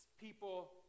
people